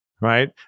Right